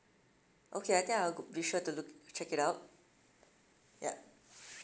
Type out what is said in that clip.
okay I think I'll g~ be sure to look to check it out ya